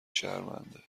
شرمنده